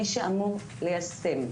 מי שאמור ליישם,